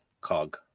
Cog